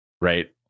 right